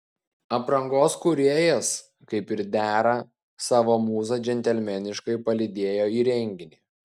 aprangos kūrėjas kaip ir dera savo mūzą džentelmeniškai palydėjo į renginį